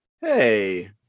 Hey